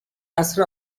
عصر